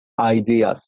ideas